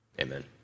Amen